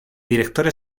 director